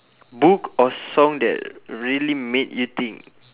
book or song that really made you think